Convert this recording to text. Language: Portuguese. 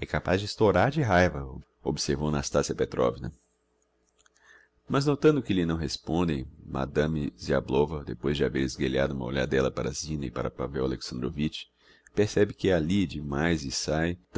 é capaz de estoirar de raiva observou nastassia petrovna mas notando que lhe não respondem madame ziablova depois de haver esguelhado uma olhadéla para a zina e para pavel alexandrovitch percebe que é alli de mais e